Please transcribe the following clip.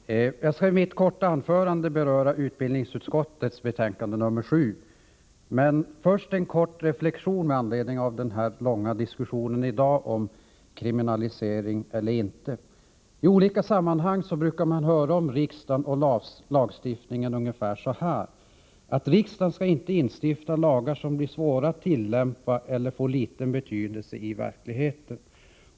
Herr talman! Jag skall i mitt anförande beröra utbildningsutskottets betänkande nr 7. Men först en kort reflexion med anledning av den långa diskussionen i dag om kriminalisering eller inte. I olika sammanhang brukar man höra ungefär detta om riksdagen och lagstiftningen: Riksdagen skall inte instifta lagar som blir svåra att tillämpa eller får liten betydelse i verkligheten.